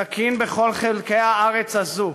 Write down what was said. סכין בכל חלקי הארץ הזו.